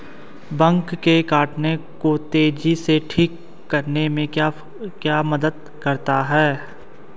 Bug के काटने को तेजी से ठीक करने में क्या मदद करता है?